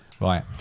Right